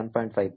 5 ಇದು 0